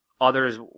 others